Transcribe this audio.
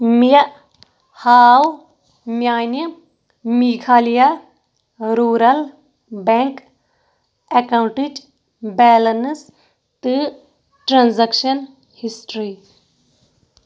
مےٚ ہاو میٛانہِ میٖگھالِیا روٗرَل بٮ۪نٛک اٮ۪کاوُنٛٹٕچ بیلٮ۪نٕس تہٕ ٹرٛانزَکشَن ہِسٹرٛی